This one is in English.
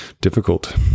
difficult